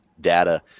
data